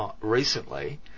recently